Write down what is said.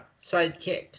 sidekick